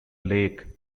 lake